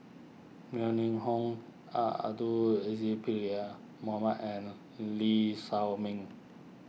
Yeo Ning Hong Abdul Aziz and Lee Shao Meng